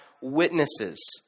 witnesses